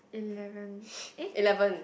eleven eh